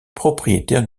propriétaire